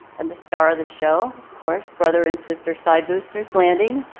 and the star of the show, of course, brother and sister side boosters landing.